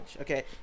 Okay